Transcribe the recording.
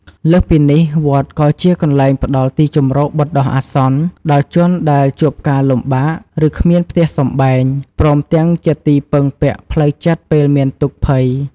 លើសពីនេះ វត្តក៏ជាកន្លែងផ្ដល់ ទីជម្រកបណ្ដោះអាសន្ន ដល់ជនដែលជួបការលំបាក ឬគ្មានផ្ទះសម្បែង ព្រមទាំងជាទីពឹងពាក់ផ្លូវចិត្តពេលមានទុក្ខភ័យ។